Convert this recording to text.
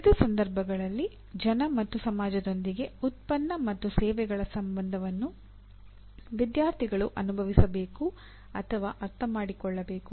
ವಿವಿಧ ಸಂದರ್ಭಗಳಲ್ಲಿ ಜನ ಮತ್ತು ಸಮಾಜದೊಂದಿಗೆ ಉತ್ಪನ್ನ ಮತ್ತು ಸೇವೆಗಳ ಸಂಬಂಧವನ್ನು ವಿದ್ಯಾರ್ಥಿಗಳು ಅನುಭವಿಸಬೇಕು ಅಥವಾ ಅರ್ಥಮಾಡಿಕೊಳ್ಳಬೇಕು